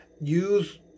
Use